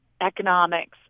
economics